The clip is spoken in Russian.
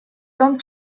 том